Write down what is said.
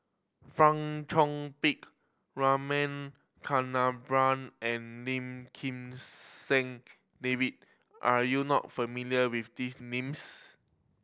Fong Chong Pik Rama Kannabiran and Lim Kim San David are you not familiar with these names